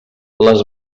les